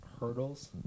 Hurdles